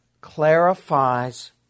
clarifies